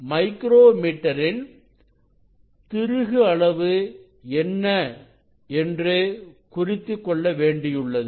micro metre ன் திரு அளவு என்ன என்று குறித்துக் கொள்ள வேண்டியுள்ளது